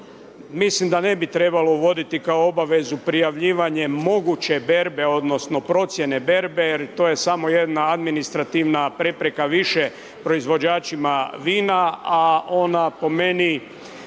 mislim da ne bi trebalo uvidite kao obavezu prijavljivanje moguće berbe, odnosno, procjene berbe, jer to je samo jedna administrativna prepreka više proizvođačima vina, a ona po meni